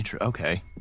okay